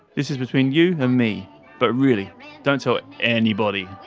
this is between you and me but really don't tell anybody.